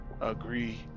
agree